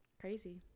crazy